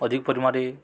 ଅଧିକ ପରିମାଣରେ